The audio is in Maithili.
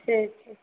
ठीक